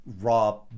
raw